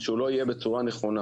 שהוא לא יהיה בצורה נכונה.